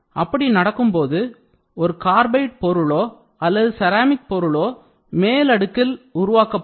அப்படி நடக்கும்போது ஒரு கார்பைட் பொருளோ அல்லது செராமிக் பொருளோ மேலடுக்கில் உருவாக்கப்படும்